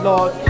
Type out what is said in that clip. Lord